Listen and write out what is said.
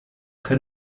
très